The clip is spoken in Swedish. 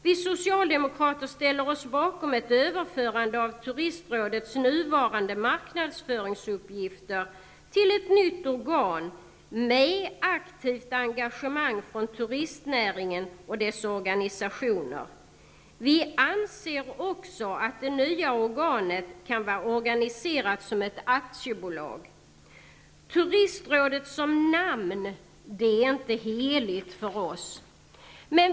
Vi socialdemokrater ställer oss bakom ett överförande av Turistrådets nuvarande marknadsföringsuppgifter till ett nytt organ med aktivt engagemang från turistnäringen och dess organisationer. Vi anser också att det nya organet kan vara organiserat som ett aktiebolag. Turistrådet som namn är inte heligt för oss.